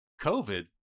covid